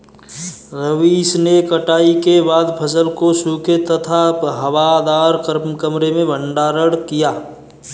रवीश ने कटाई के बाद फसल को सूखे तथा हवादार कमरे में भंडारण किया